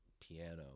piano